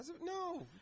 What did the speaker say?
no